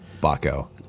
Baco